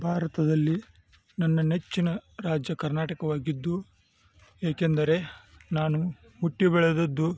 ಭಾರತದಲ್ಲಿ ನನ್ನ ನೆಚ್ಚಿನ ರಾಜ್ಯ ಕರ್ನಾಟಕವಾಗಿದ್ದು ಏಕೆಂದರೆ ನಾನು ಹುಟ್ಟಿ ಬೆಳೆದದ್ದು